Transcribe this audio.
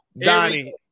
Donnie